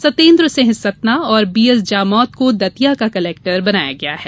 सतेन्द्र सिंह सतना और B S Jamod को दतिया का कलेक्टर बनाया गया है